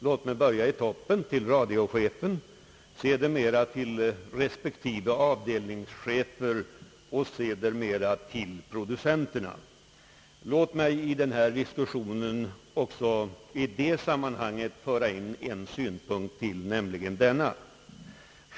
Låt mig börja i toppen: till radiochefen, sedermera till respektive avdelningschefer och till producenterna. I denna diskussion skulle jag också vilja föra in en annan synpunkt.